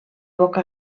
boca